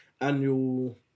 annual